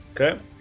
okay